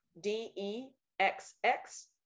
D-E-X-X